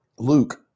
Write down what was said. Luke